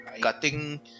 cutting